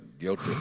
Guilty